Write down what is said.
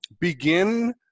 begin